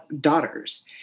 daughters